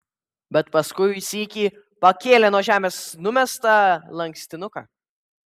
bet paskui sykį pakėlė nuo žemės numestą lankstinuką